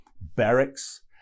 barracks